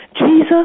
Jesus